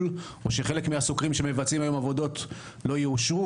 או שחלק מהסוקרים שמבצעים היום עבודות לא יאושרו,